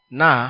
na